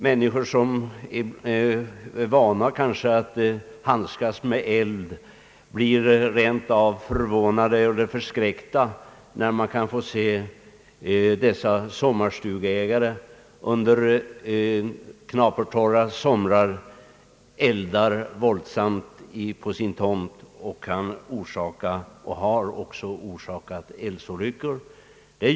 Människor som är vana vid att handskas med eld blir ofta rent av förskräckta när de kan få se sommarstugeägare som under knapertorra somrar eldar våldsamt på sin tomt, vilket inte sällan orsakar eldsvådor.